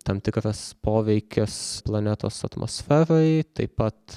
tam tikras poveikis planetos atmosferai taip pat